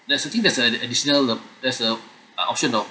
there's a thing that's a additional uh that's uh uh optional